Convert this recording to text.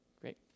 Great